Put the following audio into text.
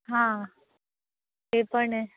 हां ते पण आहे